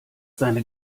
seine